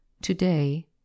Today